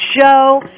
show